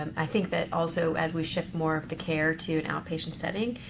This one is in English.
i think that also, as we shift more of the care to an outpatient setting,